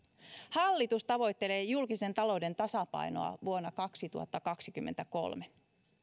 hallitus tavoittelee julkisen talouden tasapainoa vuonna kaksituhattakaksikymmentäkolme